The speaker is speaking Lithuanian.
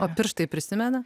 o pirštai prisimena